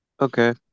Okay